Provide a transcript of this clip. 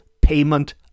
payment